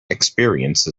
experience